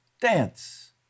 dance